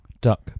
Duck